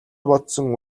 бодсон